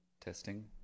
Testing